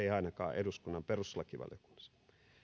ei ainakaan eduskunnan perustuslakivaliokunnassa